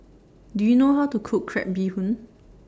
Do YOU know How to Cook Crab Bee Hoon